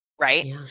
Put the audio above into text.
right